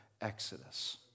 exodus